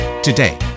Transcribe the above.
Today